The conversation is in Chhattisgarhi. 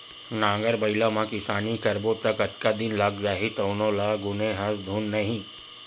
नांगर बइला म किसानी करबो त कतका दिन लाग जही तउनो ल गुने हस धुन नइ